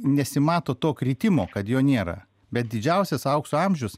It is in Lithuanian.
nesimato to kritimo kad jo nėra bet didžiausias aukso amžius